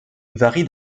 varie